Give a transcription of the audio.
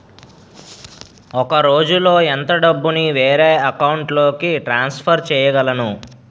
ఒక రోజులో ఎంత డబ్బుని వేరే అకౌంట్ లోకి ట్రాన్సఫర్ చేయగలను?